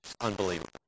unbelievable